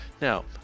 Now